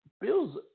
Bills